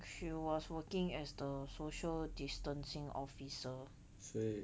she was working as the social distancing officer